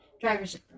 driver's